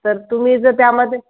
तर तुम्ही जर त्यामध्ये